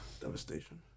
Devastation